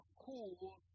cool